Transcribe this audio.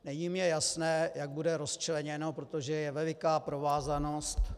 Není mi jasné, jak bude rozčleněno, protože je veliká provázanost...